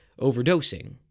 overdosing